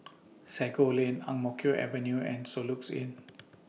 Sago Lane Ang Mo Kio Avenue and Soluxe Inn